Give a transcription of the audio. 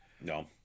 No